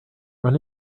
run